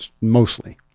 mostly